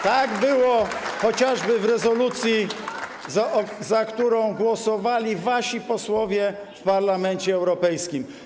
Tak było chociażby w rezolucji, za którą głosowali wasi posłowie w Parlamencie Europejskim.